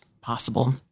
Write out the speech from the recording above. possible